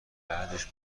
بعدش